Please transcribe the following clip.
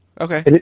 Okay